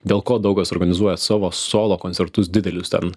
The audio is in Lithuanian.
dėl ko daug kas organizuoja savo solo koncertus didelius ten